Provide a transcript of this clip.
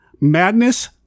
madness